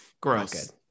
gross